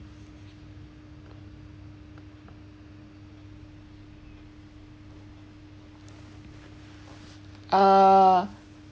uh